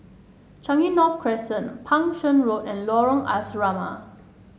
Changi North Crescent Pang Seng Road and Lorong Asrama